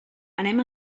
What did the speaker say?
anem